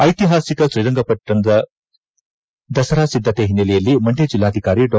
ಐತಿಹಾಸಿಕ ಶ್ರೀರಂಗಪಟ್ಟಣ ದಸರಾ ಸಿದ್ದತೆ ಹಿನ್ನೆಲೆಯಲ್ಲಿ ಮಂಡ್ಯ ಜಿಲ್ಲಾಧಿಕಾರಿ ಡಾ